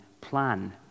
plan